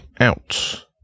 out